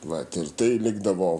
vat ir tai likdavo